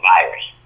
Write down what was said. Virus